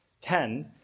Ten